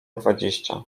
dwadzieścia